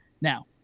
Now